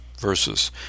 verses